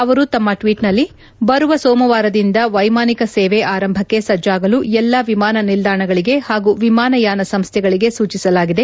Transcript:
ಅವರು ತಮ್ಮ ಟ್ನೀಟ್ನಲ್ಲಿ ಬರುವ ಸೋಮವಾರದಿಂದ ವೈಮಾನಿಕ ಸೇವೆ ಆರಂಭಕ್ತೆ ಸಜಾಗಲು ಎಲ್ಲ ವಿಮಾನ ನಿಲ್ದಾಣಗಳಿಗೆ ಹಾಗೂ ವಿಮಾನಯಾನ ಸಂಸ್ಟೆಗಳಿಗೆ ಸೂಚಿಸಲಾಗಿದೆ